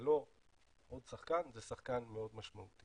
זה לא עוד שחקן, זה שחקן מאוד משמעותי.